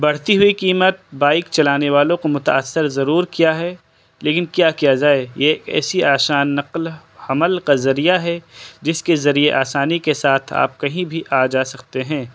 بڑھتی ہوئی قیمت بائک چلانے والوں کو متأثر ضرور کیا ہے لیکن کیا کیا جائے یہ ایک ایسی آسان نقل حمل کا ذریعہ ہے جس کے ذریعے آسانی کے ساتھ آپ کہیں بھی آ جا سکتے ہیں